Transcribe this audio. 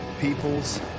peoples